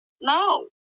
No